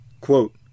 Quote